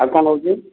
ଆଉ କ'ଣ ହେଉଛି